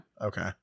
Okay